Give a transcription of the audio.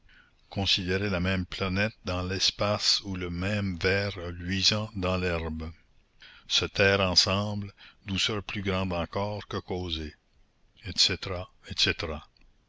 considérer la même planète dans l'espace ou le même ver luisant dans l'herbe se taire ensemble douceur plus grande encore que causer etc etc